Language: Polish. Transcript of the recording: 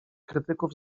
krytyków